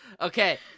Okay